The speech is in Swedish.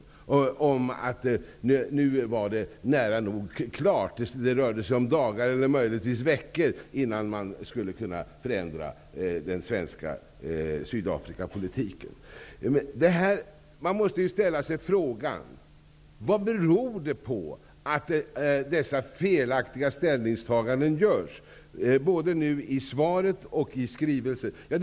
Man sade att det nu var nära nog klart och att det rörde sig om dagar, möjligtvis veckor, innan man skulle kunna förändra den svenska Sydafrikapolitiken. Man måste ställa sig frågan: Vad beror de felaktiga ställningstaganden som finns i både svaret och i skrivelsen på.